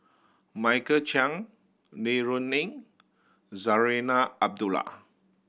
Michael Chiang Li Rulin Zarinah Abdullah